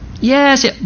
Yes